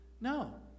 No